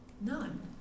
None